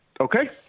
Okay